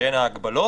שהם ההגבלות,